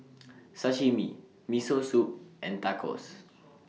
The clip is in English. Sashimi Miso Soup and Tacos